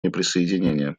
неприсоединения